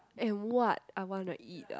eh what I want to eat ah